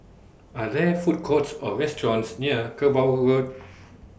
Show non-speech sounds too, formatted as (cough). Are There Food Courts Or restaurants near Kerbau Road (noise)